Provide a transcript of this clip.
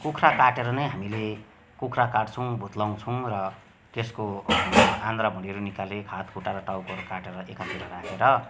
कुखुरा काटेर नै हामीले कुखुरा काट्छौँ भुत्लाउँछौँ र त्यसको आन्द्रा भुडीहरू निकाली हात खुट्टा र टाउकोहरू काटेर एकातिर राखेर